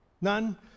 None